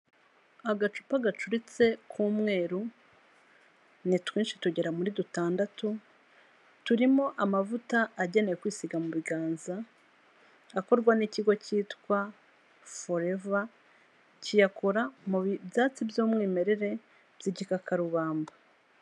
Agacupa gacuritse k'umweru, ni twinshi tugera muri dutandatu, turimo amavuta agenewe kwisiga mu biganza akorwa n'ikigo cyitwa Forever, kiyakora mu byatsi by'umwimerere by'igikakarubamba.